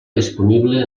disponible